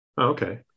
Okay